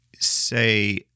say